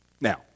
Now